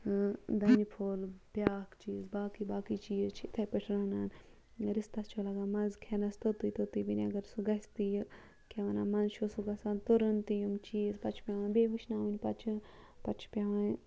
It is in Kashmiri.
دَنہِ پھوٚل بیٛاکھ چیٖز باقٕے باقٕے چیٖز چھِ اِتھَے پٲٹھۍ رَنان رِستَس چھُ لَگان مَزٕ کھٮ۪نَس توٚتُے توٚتُے وُنہِ اگر سُہ گژھِ تہٕ یہِ کیٛاہ وَنان منٛزٕ چھِ سُہ گژھان تُرُن تہِ یِم چیٖز پَتہٕ چھِ پٮ۪وان بیٚیہِ وٕشناوٕنۍ پَتہٕ چھِ پَتہٕ چھِ پٮ۪وان